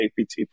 APT